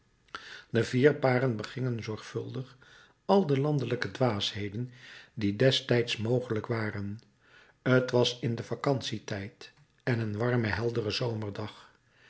de vier paren begingen zorgvuldig al de landelijke dwaasheden die destijds mogelijk waren t was in den vacantietijd en een warme heldere zomerdag